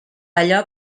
allò